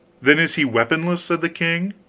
then is he weaponless, said the king.